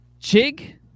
Chig